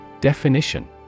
Definition